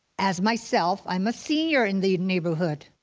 as myself, i'm a senior in the neighborhood.